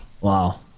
Wow